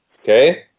Okay